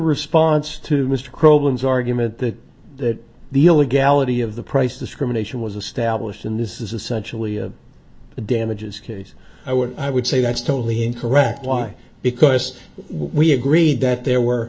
response to mr crow bones argument that that the illegality of the price discrimination was established in this is essentially the damages case i would i would say that's totally incorrect why because we agreed that there were